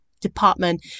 department